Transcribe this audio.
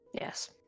Yes